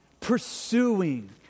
Pursuing